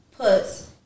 puts